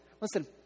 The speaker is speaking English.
listen